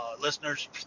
listeners